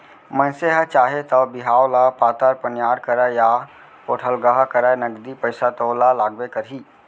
मनसे ह चाहे तौ बिहाव ल पातर पनियर करय या पोठलगहा करय नगदी पइसा तो ओला लागबे करही